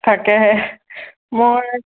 তাকেহে মই